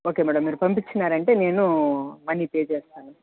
okay madam మీరు పంపించారంటే నేను మనీ పే చేస్తాను